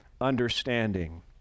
understanding